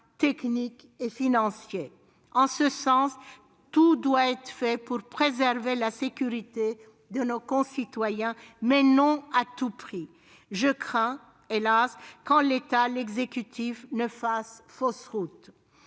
techniques et financiers. En ce sens, tout doit être fait pour préserver la sécurité de nos concitoyens, mais non à tout prix. Je crains, hélas, qu'en l'état l'exécutif ne fasse fausse route.